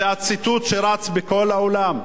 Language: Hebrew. זה הציטוט שרץ בכל העולם.